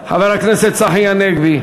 חבר הכנסת צחי הנגבי.